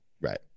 Right